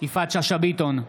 יפעת שאשא ביטון,